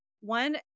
One